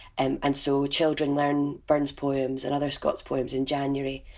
and and so children learn burns poems and other scots poems in january,